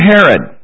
Herod